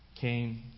came